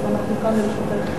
אז אנחנו כאן לרשותך.